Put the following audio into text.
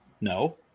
No